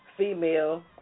female